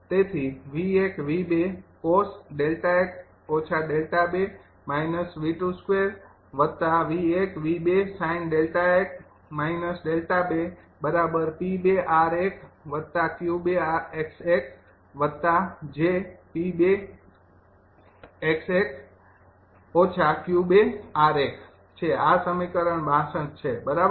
તેથી આ છે આ સમીકરણ ૬૨ છે બરાબર